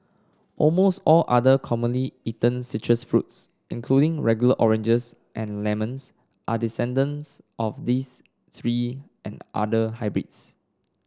almost all other commonly eaten citrus fruits including regular oranges and lemons are descendants of these three and other hybrids